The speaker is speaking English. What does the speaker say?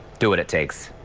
do what it takes.